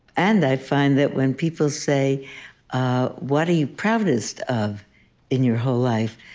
and i find that when people say what are you proudest of in your whole life?